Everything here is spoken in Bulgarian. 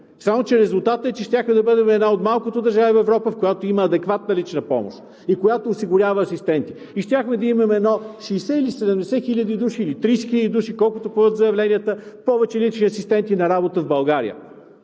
само че резултатът е, че щяхме да бъдем една от малкото държави в Европа, в която има адекватна лична помощ и която осигурява асистенти. Щяхме да имаме 60, 70 или 30 хил. души, колкото подадат заявленията, повече лични асистенти на работа в България